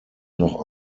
noch